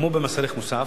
כמו במס ערך מוסף,